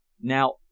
Now